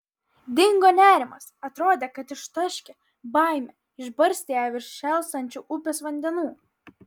dingo nerimas atrodė kad ištaškė baimę išbarstė ją virš šėlstančių upės vandenų